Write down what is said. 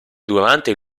durante